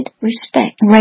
respect